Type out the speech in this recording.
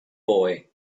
boy